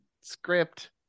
script